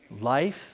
life